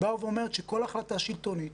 אומרת שכל החלטה שלטונית,